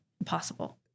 impossible